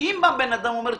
אם בא בן אדם ואומר,